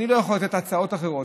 אני לא יכול לתת הצעות אחרות,